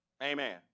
Amen